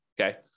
Okay